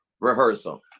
rehearsal